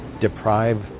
deprive